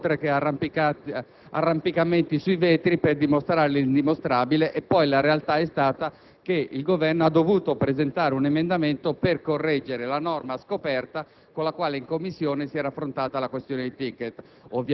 ad alcune fanfaluche affermate in quest'Aula oltre che ad arrampicate sui vetri per dimostrare l'indimostrabile e poi la realtà è stata che il Governo ha dovuto presentare un emendamento per correggere la norma scoperta